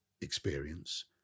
experience